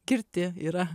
girti yra